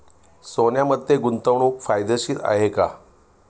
सोन्यामध्ये गुंतवणूक फायदेशीर आहे का?